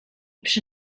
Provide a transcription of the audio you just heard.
przy